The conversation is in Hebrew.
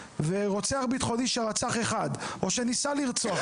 ורוצח בטחוני שרצח אחד - או שניסה לרצוח,